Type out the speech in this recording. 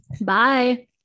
Bye